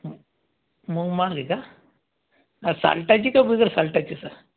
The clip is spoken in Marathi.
मुंग महाग आहे का साल्टाची का बिगर साल्टाची सर